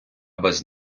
без